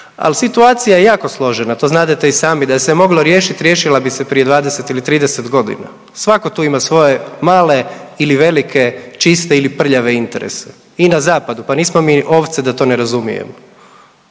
al situacija je jako složena, to znadete i sami, da se moglo riješit riješila bi se prije 20 ili 30.g., svako tu ima svoje male ili velike, čiste ili prljave interese i na zapadu, pa nismo mi ovce da to ne razumijemo.